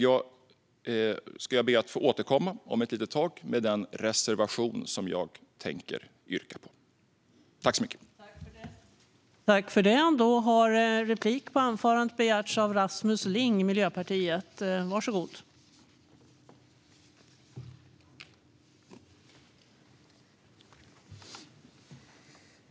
Jag ber att få återkomma om ett litet tag med den reservation som jag tänker yrka bifall till.